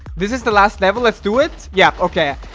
this is the last level. let's do it. yep. okay?